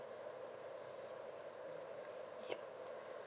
yup